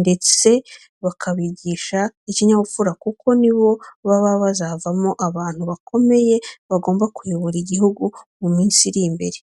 ndetse bakabigisha ikinyabupfura kuko ni bo baba bazavamo abantu bakomeye bagomba kuyobora igihugu mu minsi iri imbere.